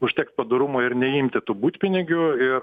užteks padorumo ir neimti tų butpinigių ir